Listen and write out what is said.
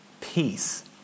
peace